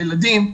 הילדים,